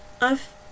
I've